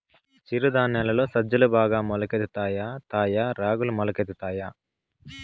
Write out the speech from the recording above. చిరు ధాన్యాలలో సజ్జలు బాగా మొలకెత్తుతాయా తాయా రాగులు మొలకెత్తుతాయా